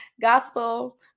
gospel